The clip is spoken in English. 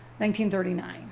1939